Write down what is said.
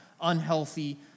unhealthy